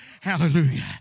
Hallelujah